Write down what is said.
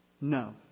No